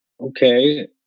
okay